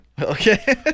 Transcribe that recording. Okay